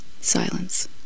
Silence